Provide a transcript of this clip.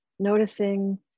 Noticing